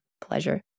pleasure